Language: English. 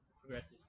progresses